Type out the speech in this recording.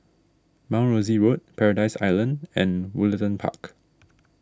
Mount Rosie Road Paradise Island and Woollerton Park